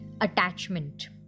attachment